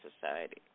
society